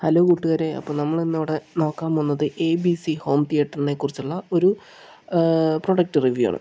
hello കൂട്ടുകാരേ അപ്പോൾ നമ്മളിന്നിവിടെ നോക്കാൻ പോകുന്നത് എ ബി സി ഹോം തിയറ്ററിനെ കുറിച്ചുള്ള ഒരു പ്രൊഡക്ട് റിവ്യൂ ആണ്